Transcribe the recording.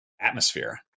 atmosphere